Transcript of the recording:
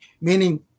meaning